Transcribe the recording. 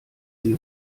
sie